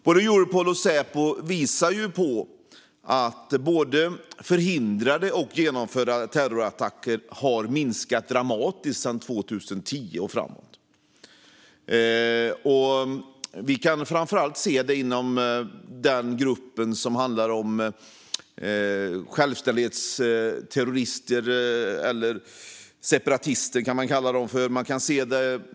Både Europol och Säpo visar på att både förhindrade och genomförda terrorattacker minskat dramatiskt sedan 2010. Vi kan framför allt se det inom gruppen självständighetsterrorister - separatister kan man också kalla dem.